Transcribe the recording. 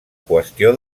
qüestió